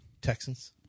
Texans